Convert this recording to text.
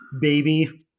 baby